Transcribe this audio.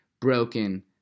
broken